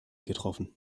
getroffen